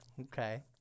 Okay